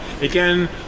again